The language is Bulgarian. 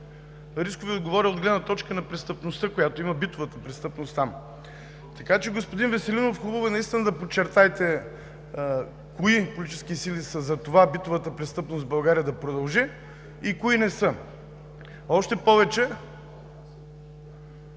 Рискове – говоря от гледна точка на престъпността, която я има, за битовата престъпност там. Така че, господин Веселинов, хубаво е наистина да подчертаете кои политически сили са за това битовата престъпност в България да продължи и кои не са. Още повече